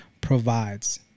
provides